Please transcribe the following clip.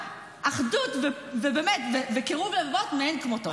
אחדות וקירוב לבבות מאין כמותם.